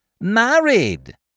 Married